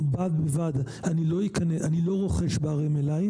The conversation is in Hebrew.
ובד בבד אני לא רוכש ---.